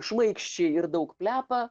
šmaikščiai ir daug plepa